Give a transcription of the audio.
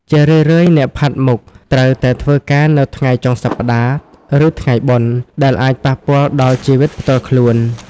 ជារឿយៗអ្នកផាត់មុខត្រូវតែធ្វើការនៅថ្ងៃចុងសប្តាហ៍ ឬថ្ងៃបុណ្យ ដែលអាចប៉ះពាល់ដល់ជីវិតផ្ទាល់ខ្លួន។